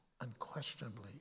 unquestionably